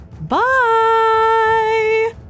Bye